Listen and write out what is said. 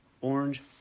orange